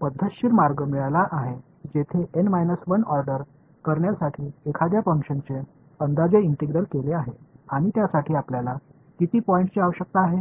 पद्धतशीर मार्ग मिळाला आहे जेथे एन 1 ऑर्डर करण्यासाठी एखाद्या फंक्शनचे अंदाजे इंटिग्रल केले आहे आणि त्यासाठी आपल्याला किती पॉईंट्सची आवश्यकता आहे